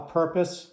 purpose